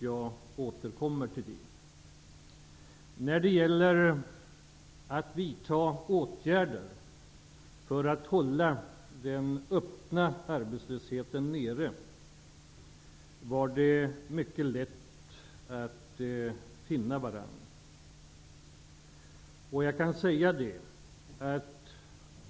Jag återkommer till den frågan. Det var lätt att finna varandra i fråga om att vidta åtgärder för att hålla den öppna arbetslösheten nere.